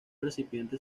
recipiente